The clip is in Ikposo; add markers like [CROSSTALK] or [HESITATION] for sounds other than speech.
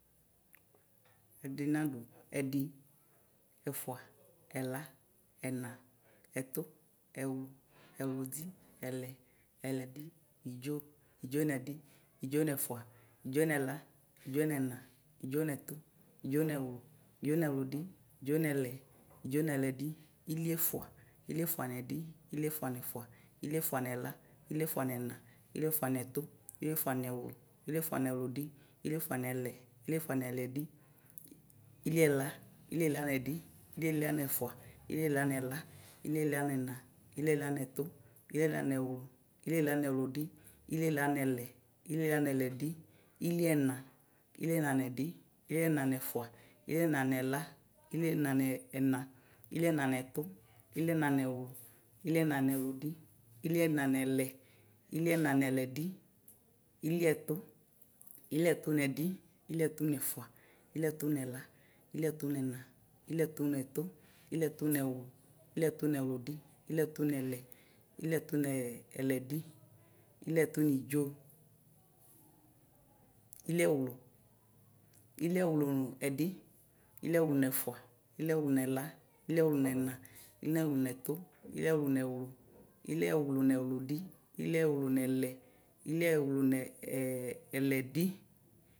Ɛdi nadʋ, ɛdi, ɛfʋa, ɛla, ɛna, ɛtʋ, ɛwlʋɛwludi, ɛlɛ, ɛlɛdi, idzo, idzo nɛdi, idzo nɛfua, idzo nɛla, idzo nɛna, idzo nɛtu, idzo nɛwlu, idzo nɛwlʋ, idzo nɛwlʋdi, idzo nɛlɛ, idzo nɛlɛdi, iliefʋa, iliefʋa nɛdi, iliefʋa nɛfua, iliefʋa nɛla, iliefʋa nɛna, iliefʋa nɛtu, iliefʋa newlu, iliefʋa nɛwlʋdi, iliefʋa nɛlɛ, iliefʋa nɛlɛdi, iliela, iliela nɛdi, iliela nɛfʋa, iliela nɛla, iliela nɛna, iliela nɛtɔ, iliela nɛwu, iliela nɛwlʋdi, iliela nɛlɛ, iliela nɛlɛdi, iliena, iliena nɛdi, iliena nɛfʋa, iliena nɛla, iliena nɛena, iliena nɛtʋ, iliena nɛwlu, iliena nɛwludi, iliena nɛlɛ, iliena nɛlɛdi, iliɛtʋ, iliɛtʋ nɛdi, iliɛtʋ nɛfʋa, iliɛtʋ nɛla, iliɛtʋ nɛla, iliɛtʋ nɛna, iliɛtʋ nɛtʋ, iliɛtʋ nɛwlu, iliɛtʋ nɛwludi, iliɛtʋ nɛlɛ, iliɛtʋ nɛlɛdi, iliɛtʋ nidzo, iliɛwlʋ, iliɛwlʋ ɛdi, iliɛwlʋ nɛfʋa, iliɛwlʋ nɛla, iliɛwlʋ nɛna, iliɛwlʋ nɛtʋ, iliɛwlʋ nɛwlu, iliɛwlʋ nɛwludi, iliɛwlʋ nɛlɛ, iliɛwlʋ nɛ [HESITATION] ɛlɛdi.